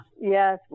yes